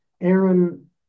Aaron